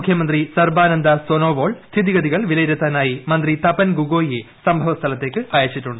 മുഖ്യമന്ത്രി സർബാനന്ദ സൊനോവാൾ സ്ഥിതിഗതികൾ വിലയിരുത്താനായി മന്ത്രി തപൻ ഗുഗോയിയെ സംഭവസ്ഥലത്തേക്ക് അയച്ചിട്ടുണ്ട്